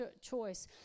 choice